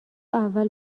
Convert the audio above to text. اول